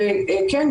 וכן,